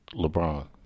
LeBron